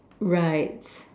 right